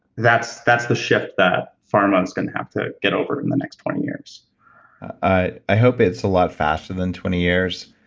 that's that's the shift that pharma is going to have to get over in the next twenty years ah i hope it's a lot faster than twenty years.